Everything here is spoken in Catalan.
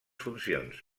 funcions